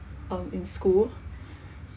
um in school